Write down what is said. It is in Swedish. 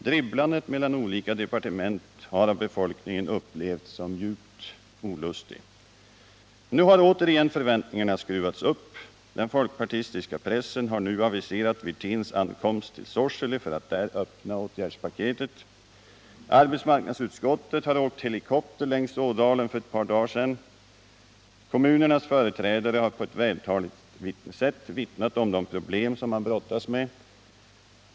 Dribblandet mellan olika departement har av befolkningen upplevts som djupt olustigt. Nu har återigen förväntningarna skruvats upp. Den folkpartistiska pressen har nu aviserat Rolf Wirténs ankomst till Sorsele för att där öppna åtgärdspaketet. Arbetsmarknadsutskottet har åkt helikopter längs ådalen för ett par dagar sedan. Kommunens företrädare har på ett vältaligt sätt vittnat om de problem som de brottas med.